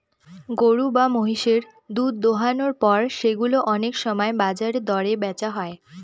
গরু বা মহিষের দুধ দোহানোর পর সেগুলো অনেক সময় বাজার দরে বেচা হয়